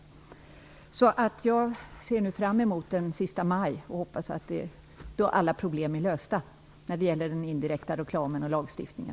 Jag ser fram emot den sista maj och hoppas att alla problem då är lösta när det gäller den indirekta reklamen och lagstiftningen.